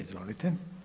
Izvolite.